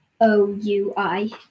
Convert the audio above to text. O-U-I